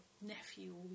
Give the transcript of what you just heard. nephew